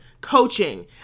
coaching